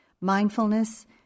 Mindfulness